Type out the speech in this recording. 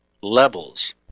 levels